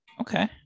Okay